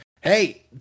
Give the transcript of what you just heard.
Hey